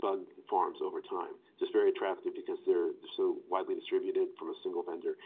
bug forms overtime. just very attractive, because they're so widely distributed from a single vendor,